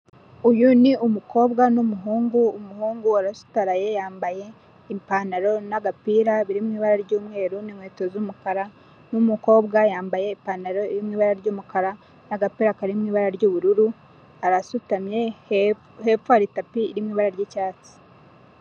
Uyu ni umukobwa n'umuhungu, umuhungu arasutaraye, yambaye ipantaro n'agapira biri mu ibara ry'umweru n'inkweto z'umukara n'umukobwa yambaye ipantaro iri mu ibara ry'umukara n'agapira kari mu ibara ry'ubururu, arasutamye hepfo hari tapi iri mu ibara ry'icyatsi.